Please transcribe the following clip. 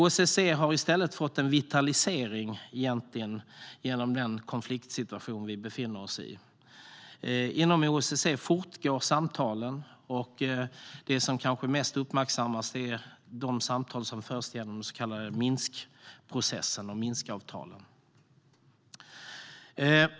OSSE har i stället egentligen fått en vitalisering genom den konfliktsituation som vi befinner oss i. Inom OSSE fortgår samtalen, och det som kanske mest uppmärksammas är de samtal som förs genom den så kallade Minskprocessen och Minskavtalen.